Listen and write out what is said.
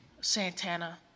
Santana